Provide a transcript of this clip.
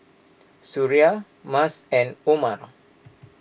Suria Mas and Umar